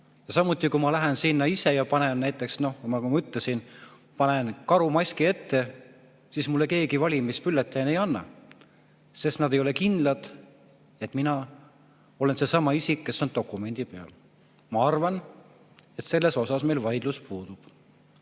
samuti, kui ma lähen sinna ise ja panen näiteks, nagu ma ütlesin, karumaski ette, siis mulle keegi valimisbülletääni ei anna, sest nad ei ole kindlad, et mina olen seesama isik, kes on dokumendi peal kirjas. Ma arvan, et selles osas meil vaidlus puudub.